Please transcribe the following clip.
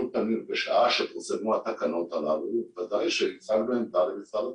בשעה שפורסמו התקנות הללו בוודאי שהצגנו עמדה למשרד התחבורה.